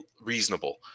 reasonable